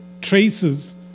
traces